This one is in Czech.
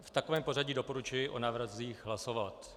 V takovém pořadí doporučuji o návrzích hlasovat.